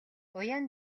уяан